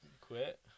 quit